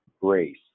Grace